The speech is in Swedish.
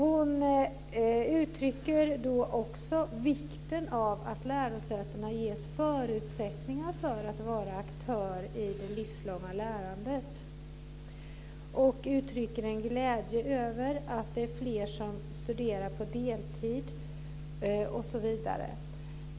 Hon uttrycker också vikten av att lärosätena ges förutsättningar att vara aktörer i det livslånga lärandet och en glädje över att det är fler som studerar på deltid.